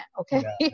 Okay